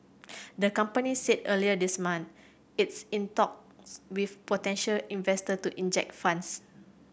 the company said earlier this month it's in talks with potential investor to inject funds